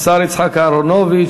השר יצחק אהרונוביץ.